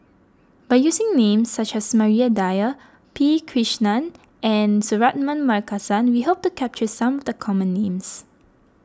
by using names such as Maria Dyer P Krishnan and Suratman Markasan we hope to capture some of the common names